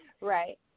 Right